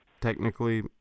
technically